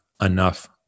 enough